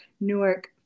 Newark